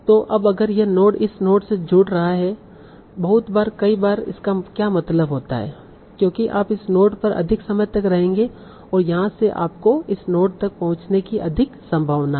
तो अब अगर यह नोड इस नोड से जुड़ रहा है बहुत बार कई बार इसका क्या मतलब होता है क्योंकि आप इस नोड पर अधिक समय तक रहेंगे और यहां से आपको इस नोड तक पहुंचने की अच्छी संभावना है